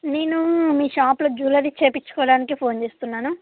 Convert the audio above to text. నేను మీ షాప్లో జ్యువెలరీ చేయించుకోవడానికి ఫోన్ చేస్తున్నాను